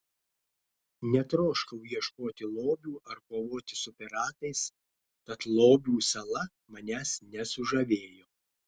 netroškau ieškoti lobių ar kovoti su piratais tad lobių sala manęs nesužavėjo